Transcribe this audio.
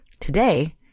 Today